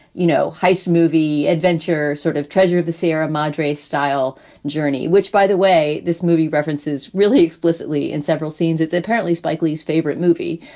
you know, heist movie adventure, sort of treasure of the sierra madre style journey, which, by the way, this movie references really explicitly in several scenes. it's apparently spike lee's favorite movie,